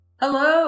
Hello